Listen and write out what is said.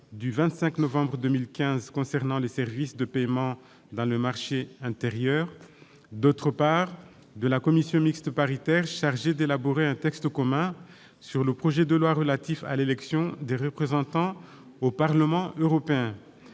du 25 novembre 2015 concernant les services de paiement dans le marché intérieur ;- d'autre part, de la commission mixte paritaire chargée d'élaborer un texte commun sur le projet de loi relatif à l'élection des représentants au Parlement européen.